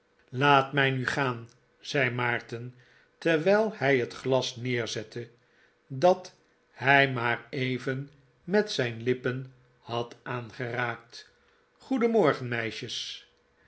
laat mij nu gaan zei maarten terwijl hij het glas neerzette dat hij maar even met zijn lippen had aangeraakt goedenmorgen